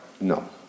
No